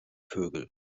vögel